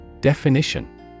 Definition